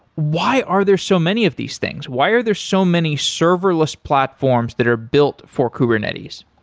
why are there so many of these things? why are there so many serverless platforms that are built for kubernetes?